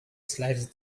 slides